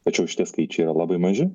tačiau šitie skaičiai yra labai maži